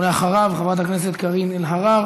ואחריו, חברת הכנסת קארין אלהרר.